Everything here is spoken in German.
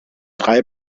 drei